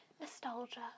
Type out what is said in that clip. nostalgia